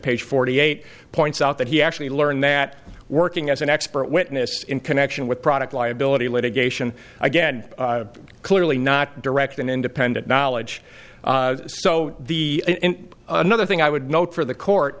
page forty eight points out that he actually learned that working as an expert witness in connection with product liability litigation again clearly not direct an independent knowledge so the in another thing i would note for the court